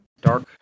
dark